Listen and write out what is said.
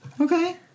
Okay